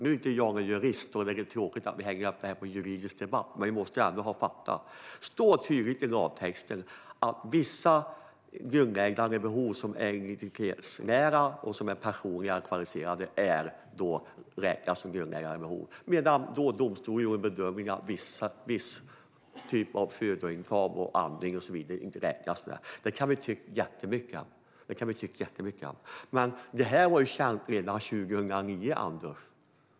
Nu är jag ingen jurist, och det är väl tråkigt att det här blir en juridisk debatt, men vi måste ändå fatta vad det står. Det står tydligt i lagtexten att vissa grundläggande behov som är integritetsnära, personliga och kvalificerade räknas som grundläggande behov, men domstolen gjorde bedömningen att viss typ av födointag, andning och så vidare inte räknas. Detta kan vi ha många åsikter om, men det var känt redan 2009.